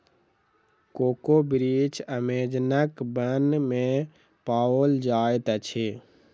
cocoa वृक्ष अमेज़नक वन में पाओल जाइत अछि